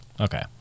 Okay